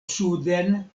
suden